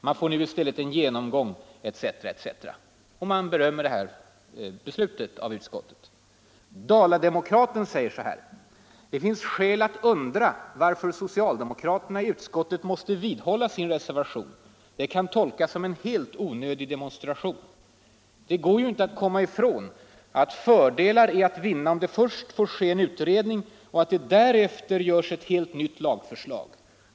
Man får nu i stället en genomgång av hela den svåröverskådliga mängd regler som gäller på det här området —=—-.” Dala-Demokraten säger: Det finns ”skäl att undra varför socialdemokraterna i utskottet måste vidhålla sin reservation. Det kan tolkas som en helt onödig demonstration. Det går ju inte att komma ifrån att fördelar är att vinna om det nu först får ske en utredning och att det därefter görs ett helt nytt lagförslag.